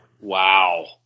wow